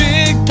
Big